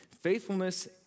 faithfulness